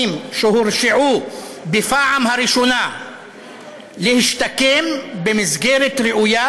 שהורשעו בפעם הראשונה להשתקם במסגרת ראויה,